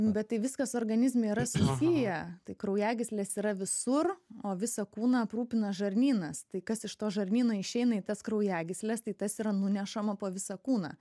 bet tai viskas organizme yra susiję tai kraujagyslės yra visur o visą kūną aprūpina žarnynas tai kas iš to žarnyno išeina į tas kraujagysles tai tas yra nunešama po visą kūną